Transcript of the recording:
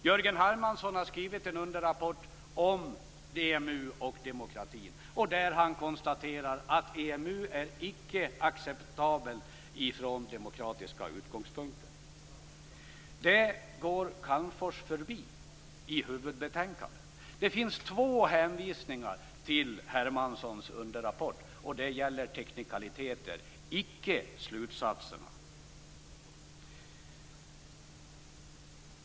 Jörgen Hermansson har skrivit en underrapport om EMU och demokratin, där han konstaterar att EMU icke är acceptabelt från demokratiska utgångspunkter. Detta går Calmfors förbi i huvudbetänkandet. Det finns två hänvisningar till Hermanssons underrapport, och de gäller teknikaliteter - icke slutsatserna.